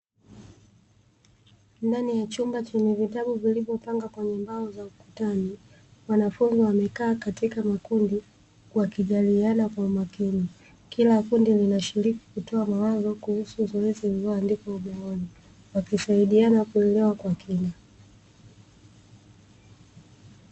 Ndani ya chumba chenye vitabu vilivyopangwa kwenye mbao za ukutani, wanafunzi wamekaa katika makundi wakijadiliana kwa umakini. Kila kundi linashiriki kutoa mawazo kuhusu zoezi lililoandikwa ubaoni wakisaidiana kuelewa kwa kina.